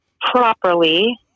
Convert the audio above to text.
properly